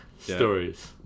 stories